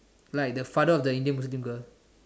like the father of the Indian Muslim girl